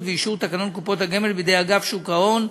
ואישור תקנון קופות הגמל בידי אגף שוק ההון,